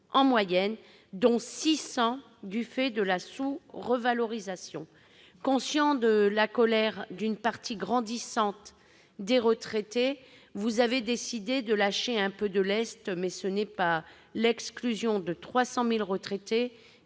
en moyenne, dont 600 euros du fait de la sous-revalorisation ». Conscient de la colère d'une partie grandissante des retraités, vous avez décidé de lâcher un peu de lest, mais ce n'est pas l'exclusion de 300 000 retraités